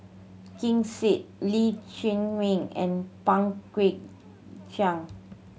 Ken Seet Lee Chiaw Meng and Pang Guek Cheng